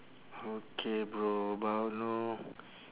okay bro about know